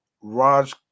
Raj